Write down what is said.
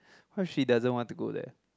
what if she doesn't want to go there